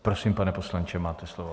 Prosím, pane poslanče, máte slovo.